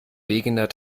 wegener